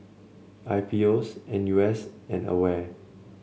I P O S N U S and Aware